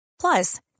Plus